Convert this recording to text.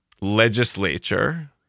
legislature